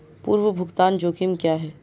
पूर्व भुगतान जोखिम क्या हैं?